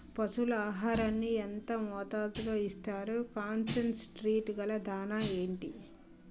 పశువుల ఆహారాన్ని యెంత మోతాదులో ఇస్తారు? కాన్సన్ ట్రీట్ గల దాణ ఏంటి?